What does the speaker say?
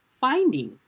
finding